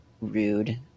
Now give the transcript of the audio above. rude